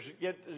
get